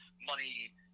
money